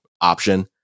option